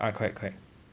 ah correct correct